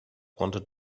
wanted